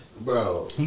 Bro